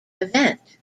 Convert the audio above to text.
event